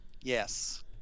Yes